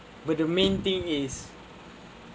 but the main thing is